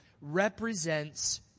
represents